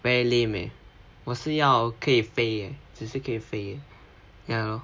very lame eh 我是要可以飞只是可以飞 ya lor